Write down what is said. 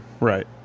Right